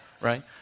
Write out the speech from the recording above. Right